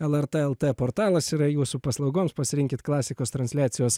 lrt elta portalas yra jūsų paslaugoms pasirinkit klasikos transliacijos